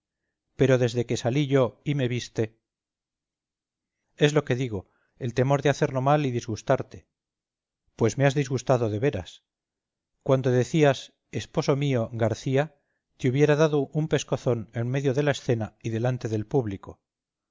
pero desde que salí yo y me viste es lo que digo el temor de hacerlo mal y disgustarte pues me has disgustado de veras cuando decías esposo mío garcía te hubiera dado un pescozón en medio de la escena y delante del público